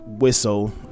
whistle